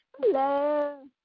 Hello